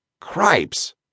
Cripes